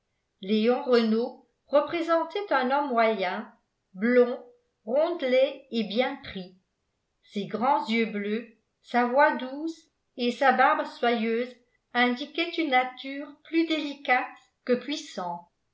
léon renault représentait un homme moyen blond rondelet et bien pris ses grands yeux bleus sa voix douce et sa barbe soyeuse indiquaient une nature plus délicate que puissante